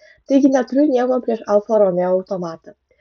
taigi neturiu nieko prieš alfa romeo automatą